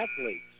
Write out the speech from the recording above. athletes